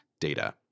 data